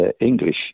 English